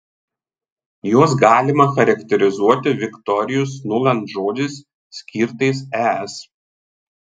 juos galima charakterizuoti viktorijos nuland žodžiais skirtais es